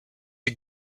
you